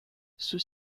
ceux